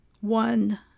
one